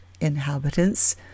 inhabitants